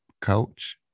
coach